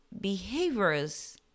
behaviors